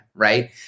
Right